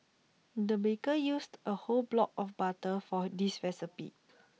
the baker used A whole block of butter for this recipe